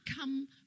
come